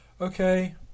Okay